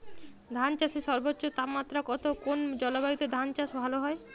ধান চাষে সর্বোচ্চ তাপমাত্রা কত কোন জলবায়ুতে ধান চাষ ভালো হয়?